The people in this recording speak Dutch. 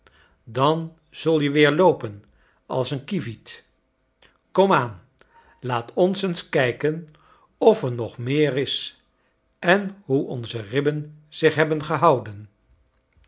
dan zul je weer loopen als een kievit komaan laat ons eens kijken of er nog meer is en hoe onze ribben zich hebben gehouden